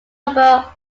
number